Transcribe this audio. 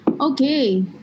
Okay